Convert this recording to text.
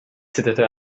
zitterte